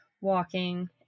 walking